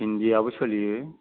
हिन्दीआबो सोलियो